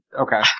okay